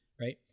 right